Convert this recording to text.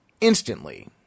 instantly